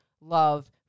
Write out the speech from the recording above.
love